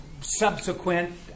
subsequent